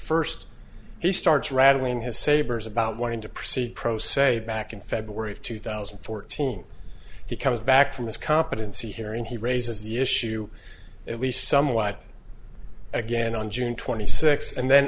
first he starts rattling his sabers about wanting to proceed pro se back in february of two thousand and fourteen he comes back from this competency hearing he raises the issue at least somewhat again on june twenty six and then